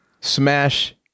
smash